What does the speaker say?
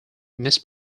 mis